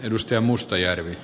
arvoisa puhemies